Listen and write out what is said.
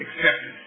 Acceptance